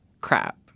crap